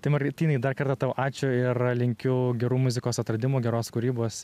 tai martynai dar kartą tau ačiū ir linkiu gerų muzikos atradimų geros kūrybos